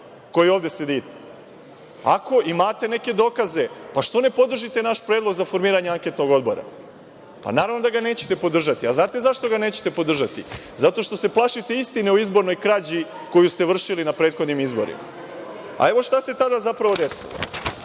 koji ovde sedite? Ako imate neke dokaze, zašto ne podržite naš predlog za formiranje anketnog odbora. Naravno, da ga nećete podržati. A znate zašto ga nećete podržati? Zato što se plašite istine o izbornoj krađi koju ste vršili na prethodnim izborima. Evo, šta se tada zapravo desilo.